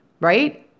right